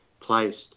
placed